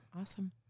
Awesome